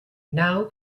now